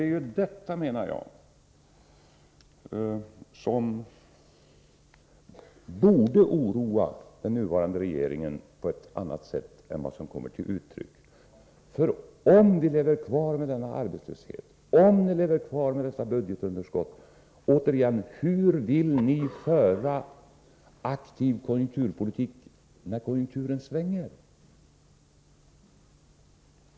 Detta borde oroa den nuvarande regeringen på ett annat sätt än vad som kommer till uttryck. Om ni fortsätter att leva med denna arbetslöshet och dessa budgetunderskott — hur vill ni då åstadkomma en aktiv konjunkturpolitik när konjunkturen svänger?